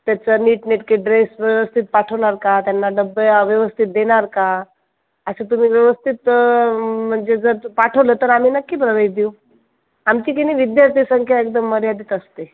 त्याचं नीटनेटके ड्रेस व्यवस्थित पाठवणार का त्यांना डब्ब्या व्यवस्थित देणार का असं तुम्ही व्यवस्थित म्हणजे जर पाठवलं तर आम्ही नक्की प्रवेश देऊ आमची की नी विद्यार्थी संख्या एकदम मर्यादित असते